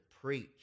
preach